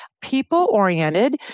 people-oriented